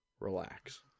relax